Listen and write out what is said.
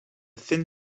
thin